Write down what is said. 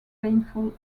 painful